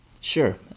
sure